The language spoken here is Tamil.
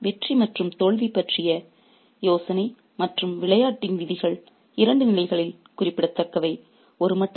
" எனவே வெற்றி மற்றும் தோல்வி பற்றிய யோசனை மற்றும் விளையாட்டின் விதிகள் இரண்டு நிலைகளில் குறிப்பிடத்தக்கவை